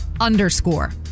underscore